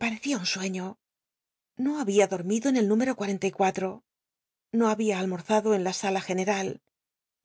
p wecia un sueiío no había dormido en el número h no había almorzado en la tia la general